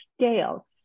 scale